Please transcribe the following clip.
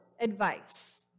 advice